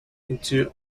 into